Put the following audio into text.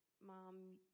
mom